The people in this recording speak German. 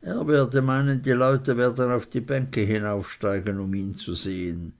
er werde meinen die leute werden auf die bänke hinaufsteigen um ihn zu sehen